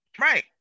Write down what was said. Right